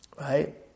Right